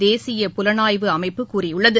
தேசிய புலனாய்வு அமைப்பு கூறியுள்ளது